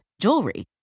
jewelry